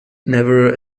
never